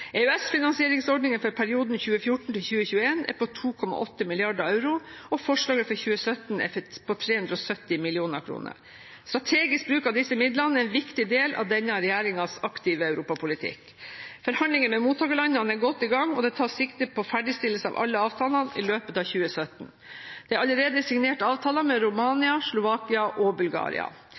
EØS-finansieringsordningene for perioden 2014–2021 er på 2,8 mrd. euro, og forslaget for 2017 er på 370 mill. kr. Strategisk bruk av disse midlene er en viktig del av denne regjeringens aktive europapolitikk. Forhandlingene med mottakerlandene er godt i gang, og det tas sikte på ferdigstillelse av alle avtalene i løpet av 2017. Det er allerede signert avtaler med Romania, Slovakia og Bulgaria.